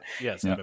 yes